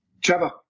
Trevor